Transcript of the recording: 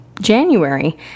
January